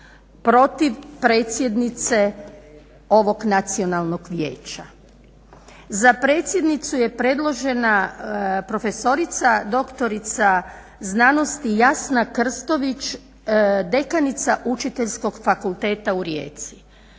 protiv predsjednice ovog Nacionalnog vijeća. Za predsjednicu je predložena profesorica doktorica znanosti Jasna Krstović, dekanica Učiteljskog fakulteta u Rijeci.